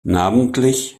namentlich